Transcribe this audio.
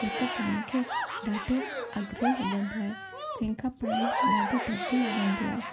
जेको पाण खे ॾाढो अॻिरो लॻंदो आहे जंहिंखां पाण ॾाढो ॾपु लॻंदो आहे